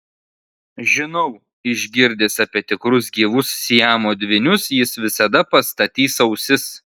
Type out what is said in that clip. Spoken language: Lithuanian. žinau išgirdęs apie tikrus gyvus siamo dvynius jis visada pastatys ausis